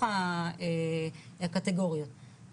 הקטגוריות,